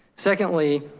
secondly,